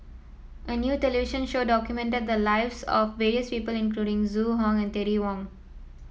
a new television show documented the lives of various people including Zhu Hong and Terry Wong